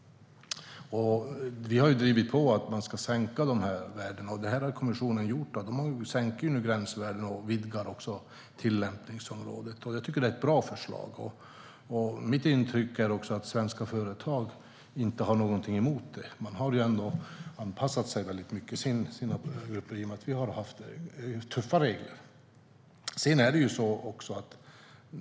Vi har drivit på för att man ska sänka värdena. Det har kommissionen gjort. De sänker nu gränsvärdena och vidgar tillämpningsområdet. Jag tycker att det är ett bra förslag. Mitt intryck är också att svenska företag inte har någonting emot det. Man har ändå anpassat sina produkter i stor utsträckning i och med att vi har haft tuffa regler.